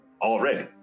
already